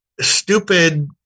stupid